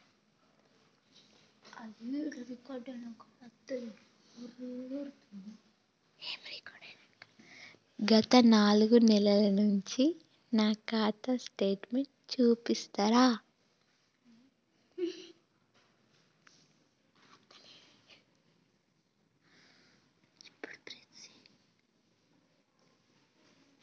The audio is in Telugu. గత నాలుగు నెలల నుంచి నా ఖాతా స్టేట్మెంట్ చూపిస్తరా?